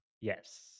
yes